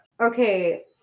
Okay